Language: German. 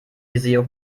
visier